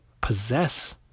possess